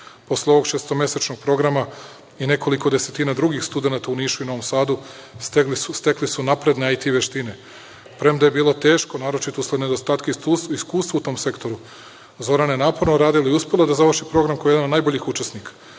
Posle ovog šestomesečnog programa i nekoliko desetina drugih studenata u Nišu i Novom Sadu, stekli su napredne IT veštine, premda je bilo teško, naročito usled nedostatka iskustva u tom sektoru. Zorana je naporno radila i uspela da završi program kao jedan od najboljih učesnika. Ubrzo